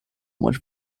much